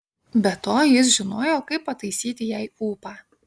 be to jis žinojo kaip pataisyti jai ūpą